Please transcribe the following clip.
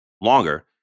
longer